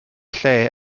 lle